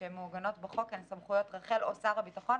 שמעוגנות בחוק, הן סמכויות רח"ל או שר הביטחון.